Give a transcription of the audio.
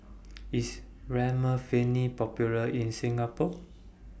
IS Remifemin Popular in Singapore